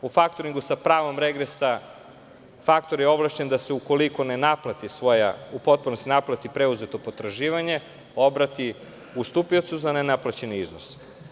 U faktoringu sa pravom regresa faktor je ovlašćen da ukoliko ne naplati u potpunosti preuzeto potraživanje, obrati ustupiocu za nenaplaćeni iznos.